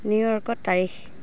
নিউয়ৰ্ক'ত তাৰিখ